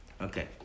Okay